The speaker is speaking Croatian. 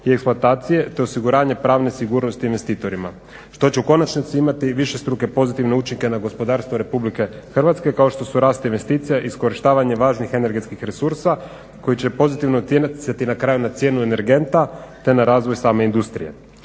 i eksploatacije, te osiguranje pravne sigurnosti investitorima što će u konačnici imati višestruke pozitivne učinke na gospodarstvo Republike Hrvatske kao što su rast investicija, iskorištavanje važnih energetskih resursa koji će pozitivno utjecati na kraju na cijenu energenta, te na razvoj same industrije.